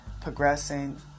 progressing